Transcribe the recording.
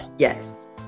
Yes